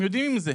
הם יודעים את זה,